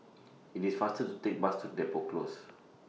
IT IS faster to Take The Bus to Depot Close